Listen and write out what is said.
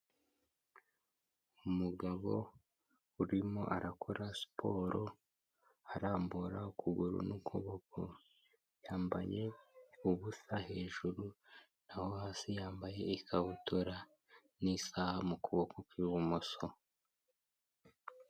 Umugabo urimo arakora siporo, arambura ukuguru n'ukuboko, yambaye ubusa hejuru naho hasi yambaye ikabutura n'isaha mu kuboko kw'ibumoso.